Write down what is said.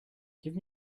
give